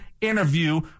interview